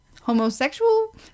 Homosexual